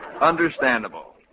Understandable